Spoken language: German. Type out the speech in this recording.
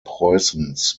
preußens